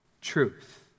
truth